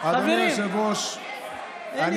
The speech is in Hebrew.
אדוני היושב-ראש, חברים.